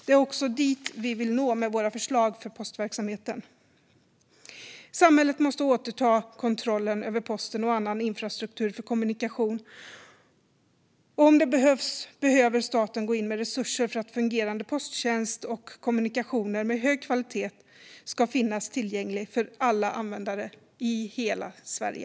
Det är också dit vi vill nå med våra förslag för postverksamheten. Samhället måste återta kontrollen över posten och annan infrastruktur för kommunikation. Om det behövs behöver staten gå in med resurser för att en fungerande posttjänst och kommunikationer med hög kvalitet ska finnas tillgängliga för alla användare i hela Sverige.